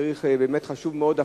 ובאמת חשוב מאוד,